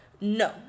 No